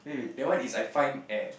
that one is I find at